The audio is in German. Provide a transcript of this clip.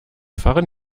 fahren